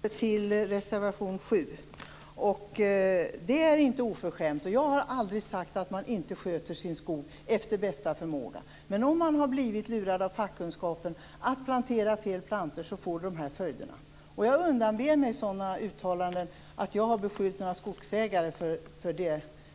Fru talman! Jag vill yrka bifall till reservation nr 7. Det är inte oförskämt, och jag har aldrig sagt att man inte sköter sin skog efter bästa förmåga. Men om man har blivit lurad av fackkunskapen att plantera fel plantor så får det de här följderna. Jag undanber mig sådana uttalanden om att jag har beskyllt skogsägare